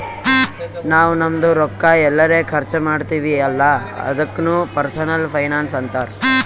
ನಾವ್ ನಮ್ದು ರೊಕ್ಕಾ ಎಲ್ಲರೆ ಖರ್ಚ ಮಾಡ್ತಿವಿ ಅಲ್ಲ ಅದುಕ್ನು ಪರ್ಸನಲ್ ಫೈನಾನ್ಸ್ ಅಂತಾರ್